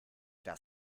das